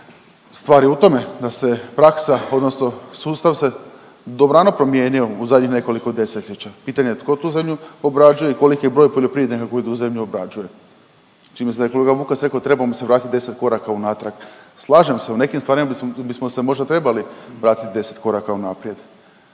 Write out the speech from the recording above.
Stvar je u tome da se praksa odnosno sustav se dobrano promijenio u zadnjih nekoliko 10-ljeća, pitanje je tko tu zemlju obrađuje i koliki je broj poljoprivrednika koji tu zemlju obrađuje. Čini mi se da je kolega Vukas rekao trebamo se vratit 10 koraka unatrag. Slažem se, u nekim stvarima bismo se možda trebali vratiti 10 koraka unaprijed.